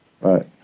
Right